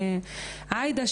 עאידה,